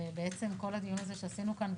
ובעצם כל הדיון הזה שעשינו כאן,